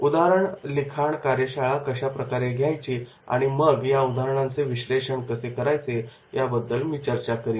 केस लिखाण कार्यशाळा कशाप्रकारे घ्यायची आणि मग या केसेसचे विश्लेषण कसे करायचे यावर मी चर्चा करीन